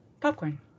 Popcorn